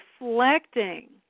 reflecting